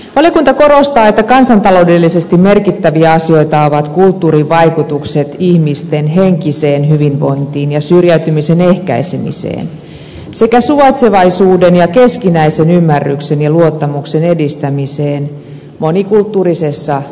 valiokunta korostaa että kansantaloudellisesti merkittäviä asioita ovat kulttuurin vaikutukset ihmisten henkiseen hyvinvointiin ja syrjäytymisen ehkäisemiseen sekä suvaitsevaisuuden ja keskinäisen ymmärryksen ja luottamuksen edistämiseen monikulttuurisessa suomessa